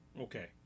Okay